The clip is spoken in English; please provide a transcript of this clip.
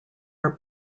are